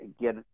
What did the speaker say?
get